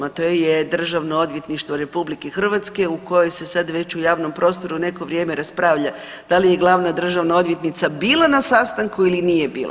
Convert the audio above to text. A to je Državno odvjetništvo RH u kojoj se sad već u javnom prostoru neko vrijeme raspravlja da li je glavna državna odvjetnica bila na sastanku ili nije bila.